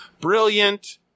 brilliant